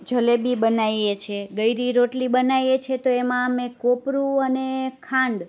જલેબી બનાવીએ છીએ ગળી રોટલી બનાવીએ છીએ તો એમાં અમે કોપરું અને ખાંડ